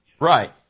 right